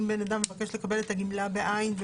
אם בן אדם מבקש לקבל את הגמלה בעין,